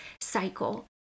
cycle